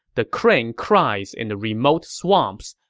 the crane cries in the remote swamps,